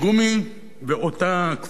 ועוטה כפפות של גומי,